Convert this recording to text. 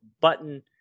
button